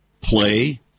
play